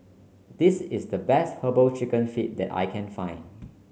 this is the best herbal chicken feet that I can find